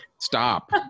Stop